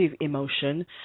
emotion